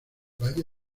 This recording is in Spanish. valle